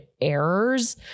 errors